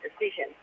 decision